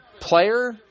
player